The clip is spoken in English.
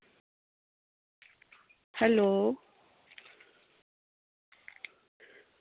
hello